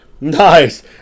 Nice